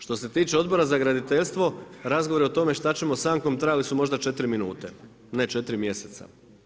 Što se tiče Odbora za graditeljstvo, razgovori o tome šta ćemo s Ankom, trajali su možda 4 minute, ne 4 mjeseca.